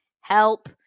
help